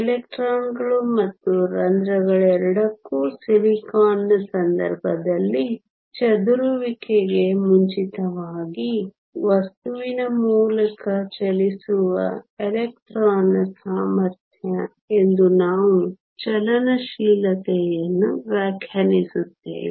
ಎಲೆಕ್ಟ್ರಾನ್ಗಳು ಮತ್ತು ರಂಧ್ರಗಳೆರಡಕ್ಕೂ ಸಿಲಿಕಾನ್ನ ಸಂದರ್ಭದಲ್ಲಿ ಚದುರುವಿಕೆಗೆ ಮುಂಚಿತವಾಗಿ ವಸ್ತುವಿನ ಮೂಲಕ ಚಲಿಸುವ ಎಲೆಕ್ಟ್ರಾನ್ನ ಸಾಮರ್ಥ್ಯ ಎಂದು ನಾವು ಚಲನಶೀಲತೆಯನ್ನು ವ್ಯಾಖ್ಯಾನಿಸುತ್ತೇವೆ